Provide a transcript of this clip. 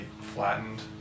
flattened